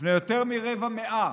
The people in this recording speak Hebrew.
לפני יותר מרבע מאה,